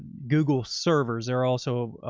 google servers. they're also,